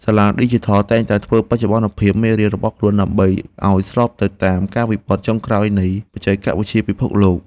សាលាឌីជីថលតែងតែធ្វើបច្ចុប្បន្នភាពមេរៀនរបស់ខ្លួនដើម្បីឱ្យស្របទៅតាមការវិវត្តន៍ចុងក្រោយនៃបច្ចេកវិទ្យាពិភពលោក។